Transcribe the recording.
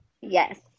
Yes